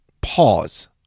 pause